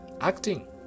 acting